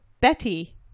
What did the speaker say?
Betty